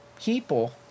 people